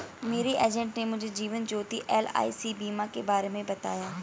मेरे एजेंट ने मुझे जीवन ज्योति एल.आई.सी बीमा के बारे में बताया